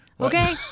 okay